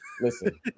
listen